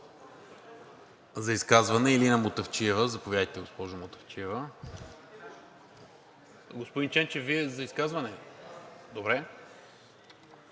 За изказване – Илина Мутафчиева. Заповядайте, госпожо Мутафчиева. Господин Ченчев, Вие за изказване ли? Добре.